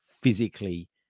physically